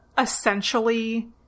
essentially